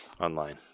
online